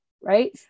right